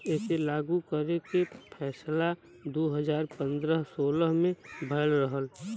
एके लागू करे के फैसला दू हज़ार पन्द्रह सोलह मे भयल रहल